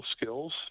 skills